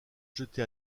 jeté